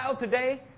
today